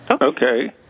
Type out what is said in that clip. Okay